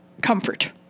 comfort